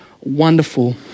wonderful